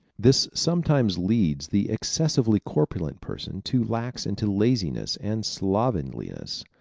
this sometimes leads the excessively corpulent person to relax into laziness and slovenliness.